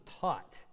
taught